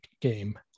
game